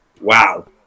wow